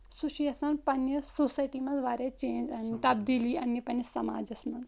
سُہ چھُ یژھان پَنٕنہِ سوسایٹی منٛز واریاہ چینٛج اَنٕنۍ واریاہ تَبدیٖلۍ اَنٕنہِ پَنٕنِس سماجس منٛز